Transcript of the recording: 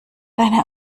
deine